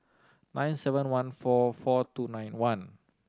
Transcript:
nine seven one four four two nine one